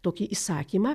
tokį įsakymą